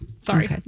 Sorry